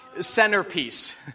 centerpiece